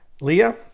Leah